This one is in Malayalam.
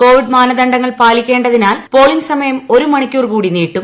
കോവിഡ് മാനദണ്ഡങ്ങൾ പാലിക്കേണ്ടതിനാൽ പോളിങ് സമയം ഒരു മണിക്കൂർ കൂടി നീട്ടും